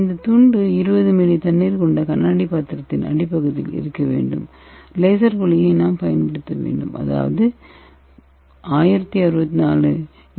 இந்த துண்டு 20 மில்லி தண்ணீர் கொண்ட கண்ணாடி பாத்திரத்தின் அடிப்பகுதியில் இருக்க வேண்டும் லேசர் ஒளியை நாம் பயன்படுத்த வேண்டும் அதாவது 1064 என்